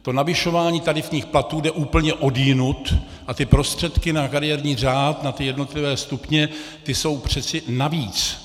To navyšování tarifních platů jde úplně odjinud a ty prostředky na kariérní řád, na ty jednotlivé stupně, ty jsou přece navíc.